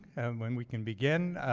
when we can begin,